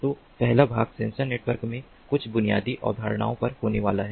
तो पहला भाग सेंसर नेटवर्क में कुछ बुनियादी अवधारणाओं पर होने वाला है